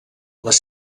les